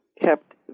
kept